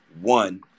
one